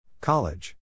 College